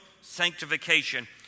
sanctification